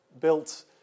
built